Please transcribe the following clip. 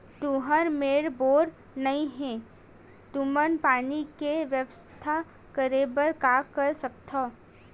तुहर मेर बोर नइ हे तुमन पानी के बेवस्था करेबर का कर सकथव?